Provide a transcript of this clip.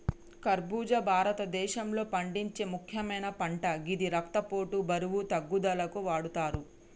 ఖర్బుజా భారతదేశంలో పండించే ముక్యమైన పంట గిది రక్తపోటు, బరువు తగ్గుదలకు వాడతరు